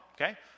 okay